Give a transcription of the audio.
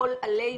כביכול עלינו.